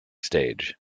stage